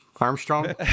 Armstrong